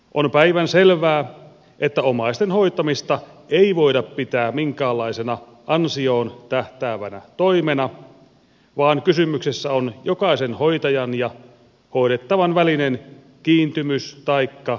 on päivänselvää että omaisten hoitamista ei voida pitää minkäänlaisena ansioon tähtäävänä toimena vaan kysymyksessä on jokaisen hoitajan ja hoidettavan välinen kiintymys taikka rakkaussuhde